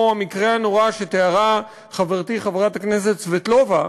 המקרה הנורא שתיארה חברתי חברת הכנסת סבטלובה,